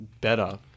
better